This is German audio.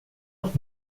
auch